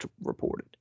reported